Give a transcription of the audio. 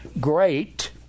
Great